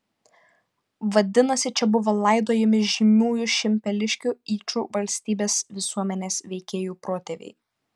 vadinasi čia buvo laidojami žymiųjų šimpeliškių yčų valstybės visuomenės veikėjų protėviai